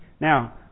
Now